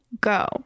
go